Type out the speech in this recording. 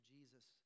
Jesus